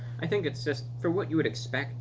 i think it's just for what you would expect